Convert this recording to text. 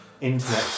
internet